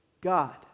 God